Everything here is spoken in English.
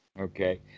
Okay